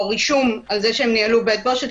שהם בתי בושת,